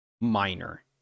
minor